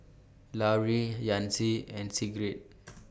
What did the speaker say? Laurie Yancy and Sigrid